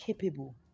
capable